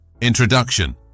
Introduction